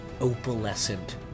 opalescent